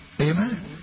Amen